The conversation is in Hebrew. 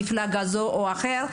מפלגה זו או אחרת,